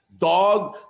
Dog